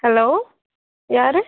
hello யார்